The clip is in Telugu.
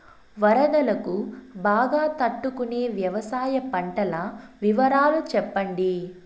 వరదలకు బాగా తట్టు కొనే వ్యవసాయ పంటల వివరాలు చెప్పండి?